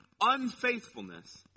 unfaithfulness